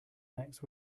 next